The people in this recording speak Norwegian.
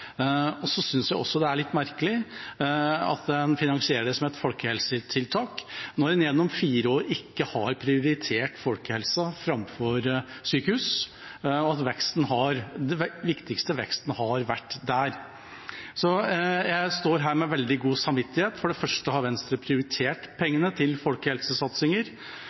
omsorgskomiteen. Så synes jeg også det er litt merkelig at en finansierer det som et folkehelsetiltak når en gjennom fire år ikke har prioritert folkehelsa framfor sykehus, og den viktigste veksten har vært der. Jeg står her med veldig god samvittighet. For det første har Venstre prioritert pengene til folkehelsesatsinger.